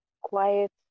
quiet